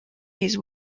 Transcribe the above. his